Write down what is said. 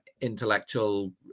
intellectual